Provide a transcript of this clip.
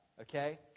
Okay